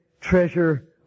treasure